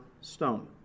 stone